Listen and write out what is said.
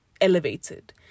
elevated